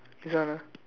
this one ah